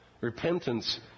Repentance